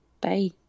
Bye